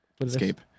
Escape